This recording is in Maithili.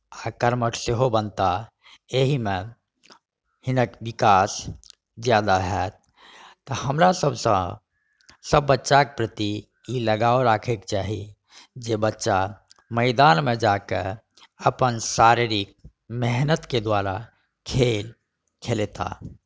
आ कर्मठ सेहो बनताह एहि मे हिनक विकास जादा होयत तऽ हमरा सबसँ सब बच्चाके प्रति ई लगाव राखैके चाही जे बच्चा मैदानमे जा कऽ अपन शारीरिक मेहनतके द्वारा खेल खेलेताह